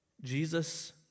Jesus